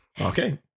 Okay